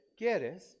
quieres